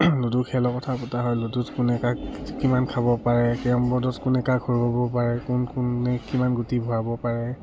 ludo খেলৰ কথা পতা হয় লুডুত কোনে কাক কিমান খাব পাৰে কেৰম বৰ্ডত কোনে কাক হৰুৱাব পাৰে কাৰ কোন কোনে কিমান গুটি ভৰাব পাৰে